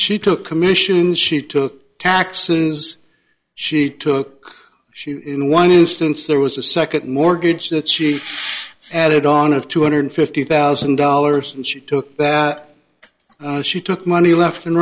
she took commissions she took taxes she took she in one instance there was a second mortgage that she added on of two hundred fifty thousand dollars and she took that she took money left and